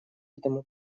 этому